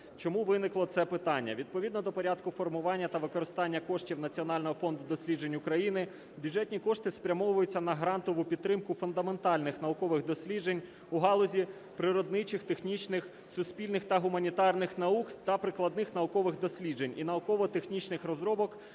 Чому виникло це питання? Відповідно до порядку формування та використання коштів Національного фонду досліджень України бюджетні кошти спрямовуються на грантову підтримку фундаментальних наукових досліджень у галузі природничих, технічних, суспільних та гуманітарних наук та прикладних наукових досліджень і науково-технічних розробок